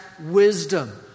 wisdom